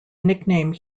nickname